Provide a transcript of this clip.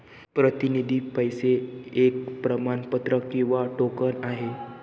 प्रतिनिधी पैसे एक प्रमाणपत्र किंवा टोकन आहे